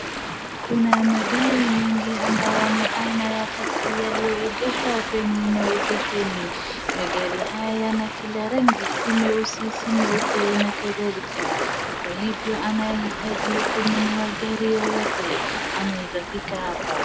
Kuna magari mengi ambayo ni aina ya taksi yaliyoegeshwa kwenye maegeshoni, magari haya ni ya kila rangi si meusi, si meupe na kadhalika. Kwa hivyo anayehitaji kununua gari yoyote anaeza fika hapa.